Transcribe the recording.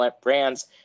brands